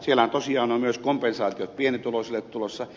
siellähän tosiaan on myös kompensaatiot pienituloisille tulossa